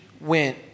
went